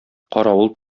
каравыл